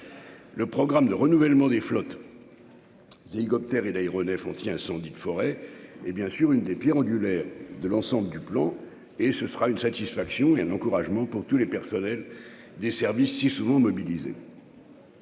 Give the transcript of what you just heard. le programme de renouvellement des flottes d'hélicoptères et d'aéronefs anti-incendie de forêt et bien sûr une des pierres angulaires de l'ensemble du plan et ce sera une satisfaction et un encouragement pour tous les personnels des services si souvent mobilisés.